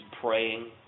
praying